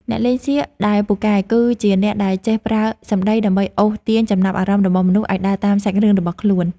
អ្នកលេងសៀកដែលពូកែគឺ ជាអ្នកដែលចេះប្រើសម្តីដើម្បីអូសទាញចំណាប់អារម្មណ៍របស់មនុស្សឱ្យដើរតាមសាច់រឿងរបស់ខ្លួន។